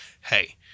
hey